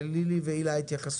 לילי והילה יתייחסו.